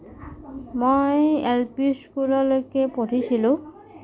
মই L P স্কুললৈকে পঢ়িছিলোঁ